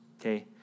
Okay